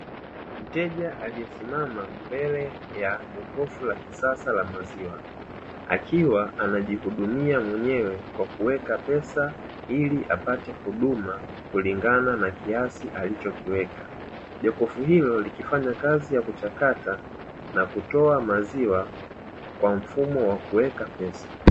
Mteja aliyesimama mbele ya jokofu la kisasa la maziwa akiwa anajihudumia mwenyewe kwa kuweka pesa ili apate huduma kulingana na kiasi alichokiweka, jokofu hilo likifanya kazi ya kuchakata na kutoa maziwa kwa mfumo wa kuweka pesa.